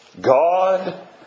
God